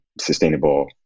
sustainable